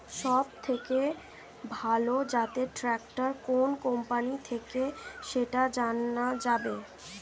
সবথেকে ভালো জাতের ট্রাক্টর কোন কোম্পানি থেকে সেটা জানা যাবে?